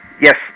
Yes